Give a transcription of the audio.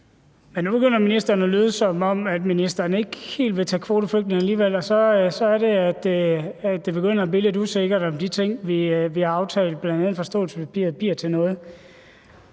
Nu begynder ministeren at lyde, som om ministeren ikke helt vil tage kvoteflygtninge alligevel, og så er det, at det begynder at blive lidt usikkert, altså om de ting, vi har aftalt, bl.a. i forståelsespapiret, bliver til noget.